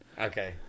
Okay